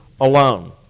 alone